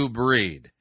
breed